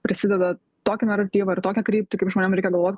prisideda tokį naratyvą ir tokią kryptį kaip žmonėm reikia galvot